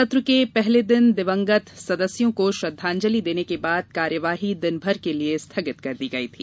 सत्र के पहले दिन दिवंगत सदस्यों को श्रद्वांजलि देने के बाद कार्यवाही दिनभर के लिये स्थगित कर दी गई थी